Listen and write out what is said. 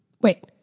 Wait